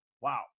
wow